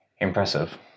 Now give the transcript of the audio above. impressive